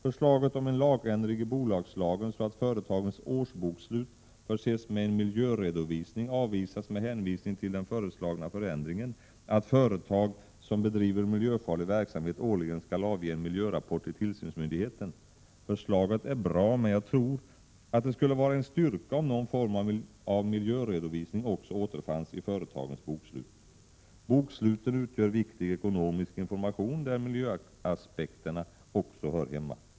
Förslaget om en lagändring i bolagslagen, så att företagens årsbokslut förses med en miljöredovisning, avvisas med hänvisning till den föreslagna förändringen att företag som bedriver miljöfarlig verksamhet årligen skall avge en miljörapport till tillsynsmyndigheten. Förslaget är bra, men jag tror att det skulle vara en styrka om någon form av miljöredovisning också återfanns i företagens bokslut. Boksluten utgör viktig ekonomisk information, där miljöaspekterna också hör hemma.